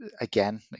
again